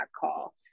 call